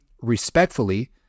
respectfully